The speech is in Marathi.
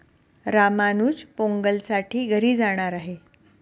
रामानुज पोंगलसाठी घरी जाणार आहे